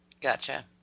Gotcha